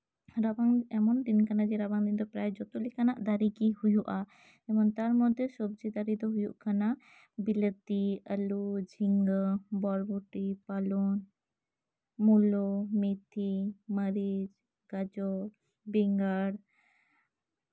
ᱨᱟᱵᱟᱝ ᱮᱢᱚᱱ ᱫᱤᱱ ᱠᱟᱱᱟ ᱡᱮ ᱨᱟᱵᱟᱝ ᱫᱤᱱ ᱯᱨᱟᱭ ᱡᱚᱛᱚ ᱞᱮᱠᱟᱱᱟᱜ ᱫᱟᱨᱮ ᱜᱮ ᱦᱩᱭᱩᱜᱼᱟ ᱡᱮᱢᱚ ᱛᱟᱨ ᱢᱚᱫᱽᱫᱷᱮ ᱥᱚᱵᱡᱤ ᱫᱟᱨᱮ ᱫᱚ ᱦᱩᱭᱩᱜ ᱠᱟᱱᱟ ᱵᱤᱞᱟᱹᱛᱤ ᱟᱞᱩ ᱡᱷᱤᱸᱜᱟᱹ ᱵᱚᱨᱵᱚᱴᱤ ᱯᱟᱞᱚᱱ ᱢᱩᱞᱳ ᱢᱤᱛᱷᱤ ᱢᱟᱨᱤᱪ ᱜᱟᱡᱚᱨ ᱵᱮᱸᱜᱟᱲ